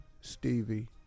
Stevie